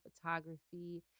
photography